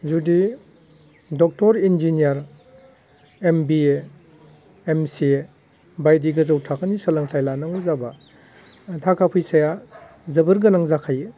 जुदि doctor engineer M B A M C A बायदि गोजौ थाखोनि सोलोंथाइ लानांगौ जाबा थाखा फैसाया जोबोर गोनां जाखायो